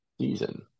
season